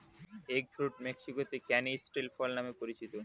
egg fruit মেক্সিকোতে canistel ফল নামে পরিচিত